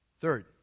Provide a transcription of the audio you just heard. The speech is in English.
Third